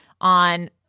on